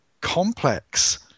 complex